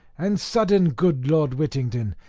and sudden good lord whittington,